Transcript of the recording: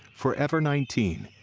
forever nineteen,